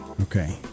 okay